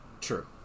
True